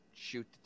shoot